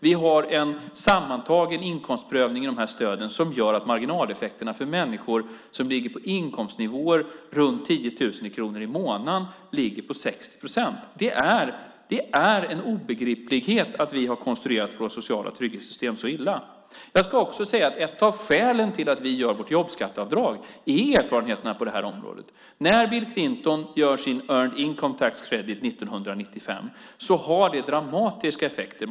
Vi har en sammantagen inkomstprövning i de här stöden som gör att marginaleffekterna för människor som ligger på inkomstnivåer runt 10 000 kronor i månaden ligger på 60 procent. Det är obegripligt att vi har konstruerat våra sociala trygghetssystem så illa. Jag ska också säga att ett av skälen till att vi gör vårt jobbskatteavdrag är erfarenheterna på det här området. När Bill Clinton gör sin Earned Income Tax Credit 1995 har det dramatiska effekter.